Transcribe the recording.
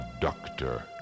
doctor